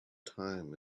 time